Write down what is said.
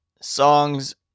songs